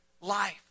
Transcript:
life